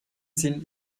sind